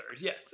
Yes